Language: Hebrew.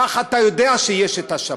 כך אתה יודע שיש שבת.